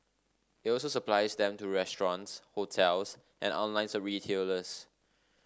it also supplies them to restaurants hotels and online the retailers